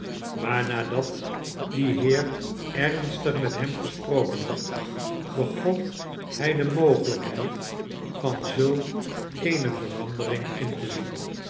maar nadat die heer ernstig met hem gesproken had begon hij de mogelijkheid van zulk eene verandering in te zien